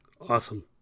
Awesome